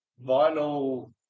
vinyl